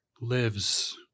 lives